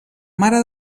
mare